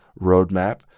roadmap